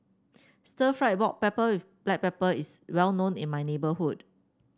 Stir Fried Pork pepper with Black Pepper is well known in my neighborhood